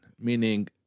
meaning